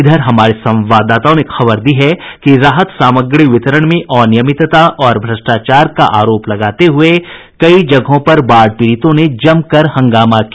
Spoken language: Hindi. इधर हमारे संवादाताओं ने खबर दी है कि राहत सामग्री वितरण में अनियमितता और भ्रष्टाचार का आरोप लगाते हुये कई जगहों पर बाढ़ पीड़ितों ने हंगामा किया